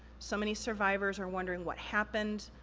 so many survivors are wondering what happened,